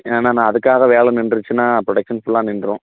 ஏன்னா நான் அதுக்காக வேலை நின்றுச்சின்னா ப்ரொடெக்ஷன் ஃபுல்லாக நின்றும்